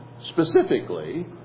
specifically